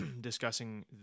discussing